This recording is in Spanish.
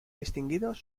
distinguidos